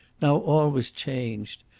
now all was changed.